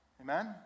Amen